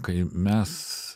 kai mes